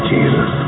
Jesus